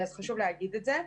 חשוב להגיד את זה.